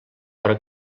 però